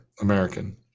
american